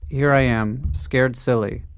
here i am, scared silly.